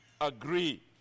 agree